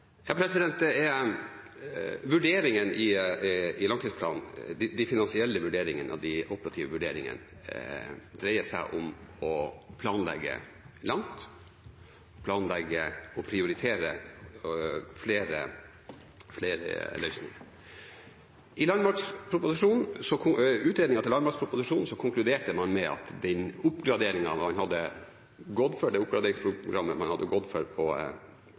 Vurderingen i langtidsplanen – de finansielle vurderingene og de operative vurderingene – dreier seg om å planlegge langt, planlegge for og prioritere flere løsninger. I utredningen til landmaktproposisjonen konkluderte man med at det oppgraderingsprogrammet man hadde gått for på de gamle vognene, ikke ville gi oss kapasitet til kampkraft og forsvarskraft i framtida. Derfor ser vi på